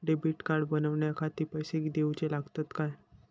Debit card बनवण्याखाती पैसे दिऊचे लागतात काय?